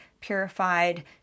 purified